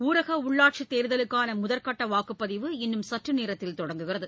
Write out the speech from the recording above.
ஊரக உள்ளாட்சித் தேர்தலுக்கான முதற்கட்ட வாக்குப்பதிவு இன்னும் சற்று நேரத்தில் தொடங்குகிறது